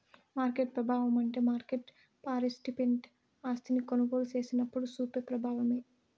market పెబావమంటే market participant ఆస్తిని కొనుగోలు సేసినప్పుడు సూపే ప్రబావమే